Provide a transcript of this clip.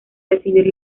recibir